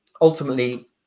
ultimately